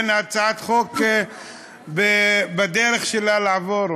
הצעת חוק שהיא בדרכה לעבור.